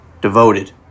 devoted